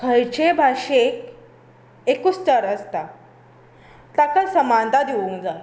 खंयचेय भाशेक एकूच स्तर आसता ताका समानता दिवंक जाय